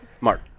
Mark